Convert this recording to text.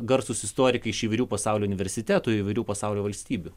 garsūs istorikai iš įvairių pasaulio universitetų įvairių pasaulio valstybių